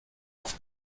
auf